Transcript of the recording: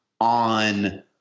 on